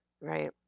Right